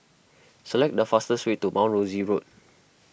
select the fastest way to Mount Rosie Road